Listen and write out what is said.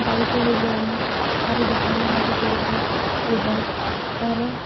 ଗାଈ କିଣିଲେ ଆମେ ତାର ଯତ୍ନ ନେବାକୁ ପଡ଼ିବ ଏବଂ ତାର